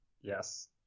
Yes